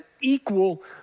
equal